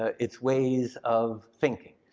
ah its ways of thinking.